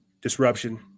disruption